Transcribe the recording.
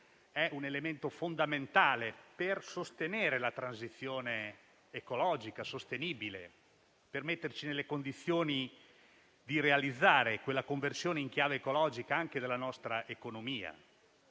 è un elemento fondamentale per sostenere la transizione ecologica sostenibile e per metterci nelle condizioni di realizzare una conversione in chiave ecologica della nostra economia.